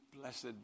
blessed